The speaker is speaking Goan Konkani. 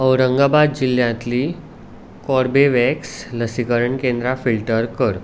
औरंगाबाद जिल्ल्यांतलीं कॉर्बेवॅक्स लसीकरण केंद्रां फिल्टर कर